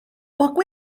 poco